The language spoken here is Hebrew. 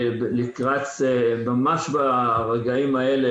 ממש ברגעים האלה,